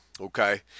Okay